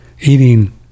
eating